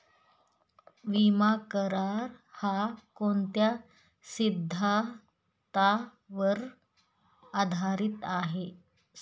विमा करार, हा कोणत्या सिद्धांतावर आधारीत आहे?